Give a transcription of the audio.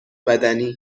بدنی